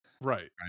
Right